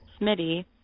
Smitty